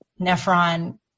nephron